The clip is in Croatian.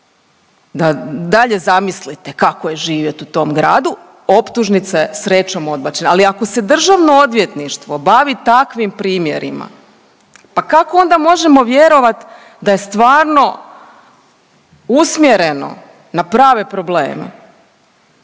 kako je zamislite je živjeti u tom gradu, optužnica je, srećom, odbačena. Ali ako se DORH bavi takvim primjerima, pa kako onda možemo vjerovati da je stvarno usmjereno na prave probleme?